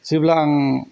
जेब्ला आं